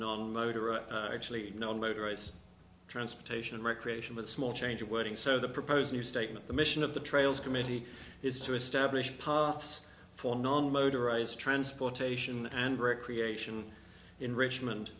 in actually non motorized transportation and recreation with a small change of wording so the proposed new statement the mission of the trails committee is to establish parks for non motorized transportation and recreation in richmond